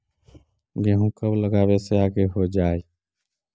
गेहूं कब लगावे से आगे हो जाई?